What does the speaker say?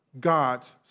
God's